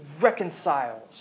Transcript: reconciles